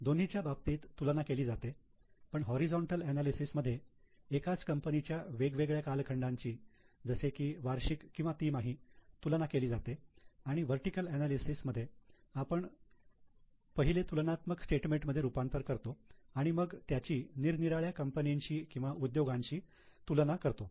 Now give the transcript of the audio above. दोन्ही च्या बाबतीत तुलना केली जाते पण होरिझोंटल एनालिसिस मध्ये एकाच कंपनीच्या वेगवेगळ्या कालखंडाची जसे की वार्षिक किंवा तिमाही तुलना केली जाते आणि वर्टीकल अनालिसेस आपण पहिले तुलनात्मक स्टेटमेंट मध्ये रूपांतरित करतो आणि मग त्याची निरनिराळ्या कंपनीशी किंवा उद्योगाची तुलना करतो